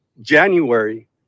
January